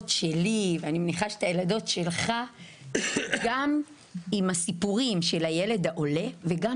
שלי ואני מניחה שאת הילדות שלך גם עם הסיפורים של הילד העולה וגם